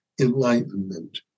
enlightenment